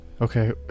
Okay